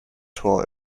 tor